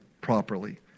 properly